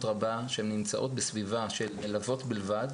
רבה לכך שהן נמצאות בסביבה של מלוות בלבד